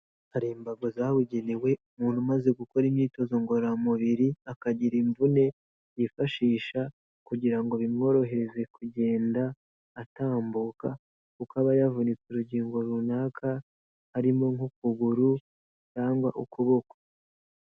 Hari imbago zabugenewe umuntu umaze gukora imyitozo ngororamubiri akagira imvune yifashisha kugira ngo bimworohereze kugenda atambuka kuko aba yavunitse urugingo runaka harimo nk'ukuguru cyangwa ukuboko.